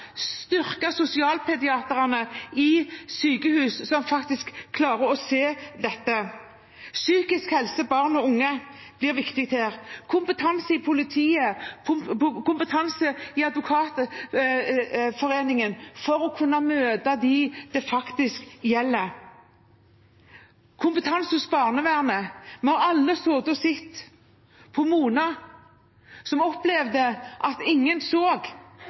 barn og unge er viktig her, kompetanse i politiet, kompetanse i Advokatforeningen for å kunne møte dem det gjelder, kompetanse hos barnevernet. Vi har alle sittet og sett på Mona, som opplevde at ingen så.